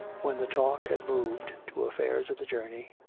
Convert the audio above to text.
when the talk had moved to affairs of the journey,